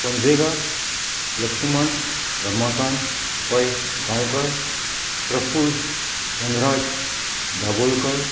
फोंजेगा Laxman Ramakant Pai Gaonkar Praful Dhanraj Dhabolkar